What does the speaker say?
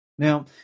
Now